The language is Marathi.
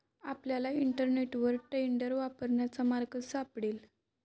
आपल्याला इंटरनेटवर टेंडर वापरण्याचा मार्ग सापडेल